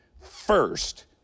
first